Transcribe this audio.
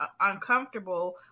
uncomfortable